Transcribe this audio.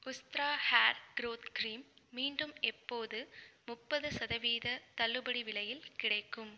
Ustraa hair growth cream மீண்டும் எப்போது முப்பது சதவீத தள்ளுபடி விலையில் கிடைக்கும்